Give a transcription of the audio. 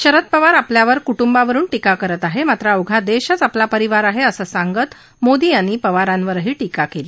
शरद पवार आपल्यावर कुटुंबावरुन टीका करत आहेत मात्र अवघा देशच आपला परिवार आहे असं सांगत मोदी यांनी पवारांवरही टीका केली